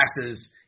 passes